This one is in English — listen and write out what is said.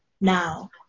now